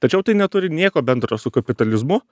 tačiau tai neturi nieko bendro su kapitalizmu